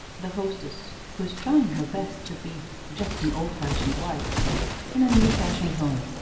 the hostess, who is trying her best to be just an old-fashioned wife in a new-fashioned home,